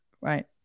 right